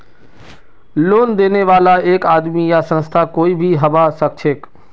loan देने बाला एक आदमी या संस्था कोई भी हबा सखछेक